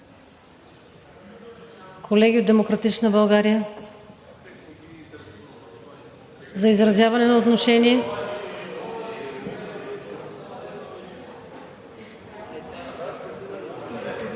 Колеги от „Демократична България“ – за изразяване на отношение?